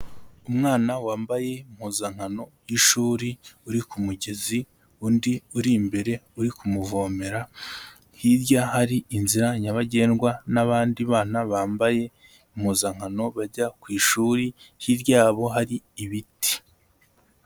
Umwana wambaye impuzankano y'ishuri uri ku mugezi, undi uri imbere uri kumuvomera, hirya hari inzira nyabagendwa n'abandi bana bambaye impuzankano bajya ku ishuri, hirya yabo hari ibiti.